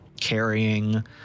carrying